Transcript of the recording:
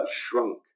shrunk